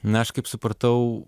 na aš kaip supratau